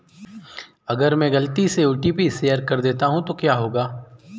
अगर मैं गलती से ओ.टी.पी शेयर कर दूं तो क्या होगा?